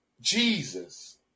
Jesus